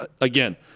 again